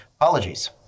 Apologies